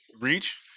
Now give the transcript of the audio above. Reach